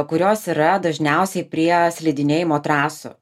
kurios yra dažniausiai prie slidinėjimo trasų